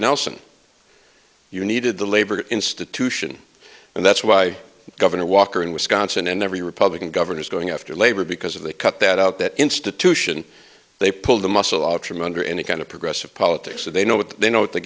nelson you needed the labor institution and that's why governor walker in wisconsin and every republican governor's going after labor because if they cut that out that institution they pulled the muscle out from under any kind of progressive politics that they know what they know what the